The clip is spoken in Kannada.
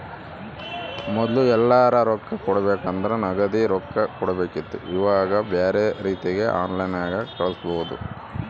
ಮೊದ್ಲು ಎಲ್ಯರಾ ರೊಕ್ಕ ಕೊಡಬೇಕಂದ್ರ ನಗದಿ ರೊಕ್ಕ ಕೊಡಬೇಕಿತ್ತು ಈವಾಗ ಬ್ಯೆರೆ ರೀತಿಗ ಆನ್ಲೈನ್ಯಾಗ ಕಳಿಸ್ಪೊದು